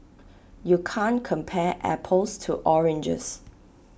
you can' T compare apples to oranges